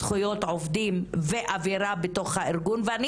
זכויות עובדים ואווירה בתוך הארגון - ואני